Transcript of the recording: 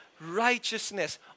righteousness